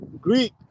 Greek